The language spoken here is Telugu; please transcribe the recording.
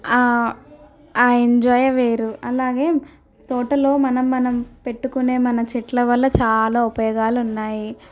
ఆ ఎంజాయే వేరు అలాగే తోటలో మనం మనం పెట్టుకునే మన చెట్ల వల్ల చాలా ఉపయోగాలున్నాయి